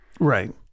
Right